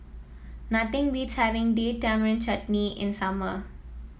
nothing beats having Date Tamarind Chutney in summer